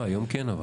היום כן.